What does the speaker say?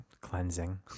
cleansing